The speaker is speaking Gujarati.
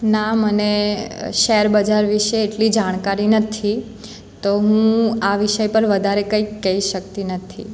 ના મને શેર બજાર વિષે એટલી જાણકારી નથી તો હું આ વિષય પર કંઈ વધારે કહી શકતી નથી